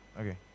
Okay